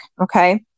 okay